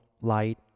light